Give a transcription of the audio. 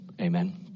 amen